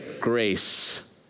grace